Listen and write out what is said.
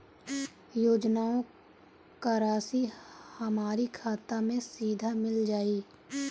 योजनाओं का राशि हमारी खाता मे सीधा मिल जाई?